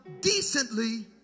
decently